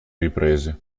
riprese